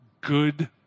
good